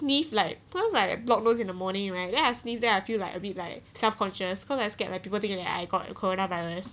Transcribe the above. like cause like blocked nose in the morning right then ask me then I feel like a bit like self conscious cause I scare my people think where I got coronavirus